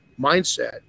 mindset